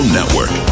Network